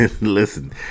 Listen